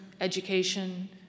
education